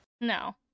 No